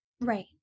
Right